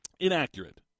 inaccurate